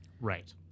Right